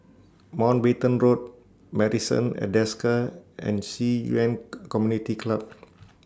Mountbatten Road Marrison At Desker and Ci Yuan Con Community Club